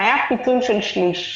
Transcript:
היה פיצול של שליש,